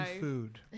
food